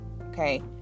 okay